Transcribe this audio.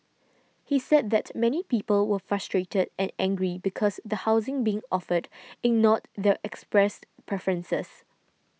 he said that many people were frustrated and angry because the housing being offered ignored their expressed preferences